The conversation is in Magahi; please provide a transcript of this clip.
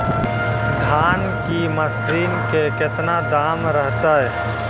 धान की मशीन के कितना दाम रहतय?